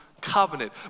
covenant